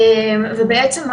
בעצם,